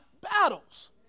battles